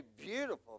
beautiful